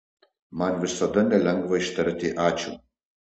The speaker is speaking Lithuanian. man visada nelengva ištarti ačiū